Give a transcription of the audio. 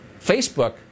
Facebook